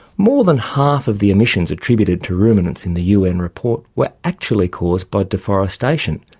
more than half of the emissions attributed to ruminants in the un report were actually caused by deforestation.